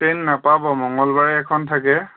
train নাপাব মংগলবাৰে এখন থাকে